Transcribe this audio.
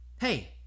Hey